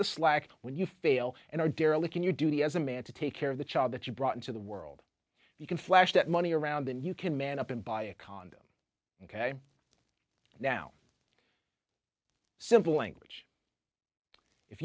the slack when you fail and are derelict in your duty as a man to take care of the child that you brought into the world you can flash that money around and you can man up and buy a condo ok now simple language if